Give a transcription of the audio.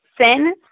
Sin